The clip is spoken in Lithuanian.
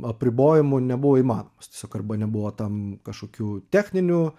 apribojimų nebuvo įmanomas tiesiog arba nebuvo tam kažkokių techninių